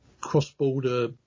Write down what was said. cross-border